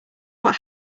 what